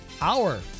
hour